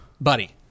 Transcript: buddy